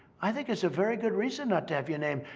i think it's a very good reason not to have your name.